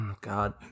God